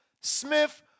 Smith